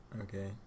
Okay